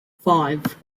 five